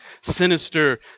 sinister